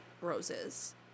roses